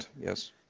yes